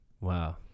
Wow